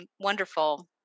wonderful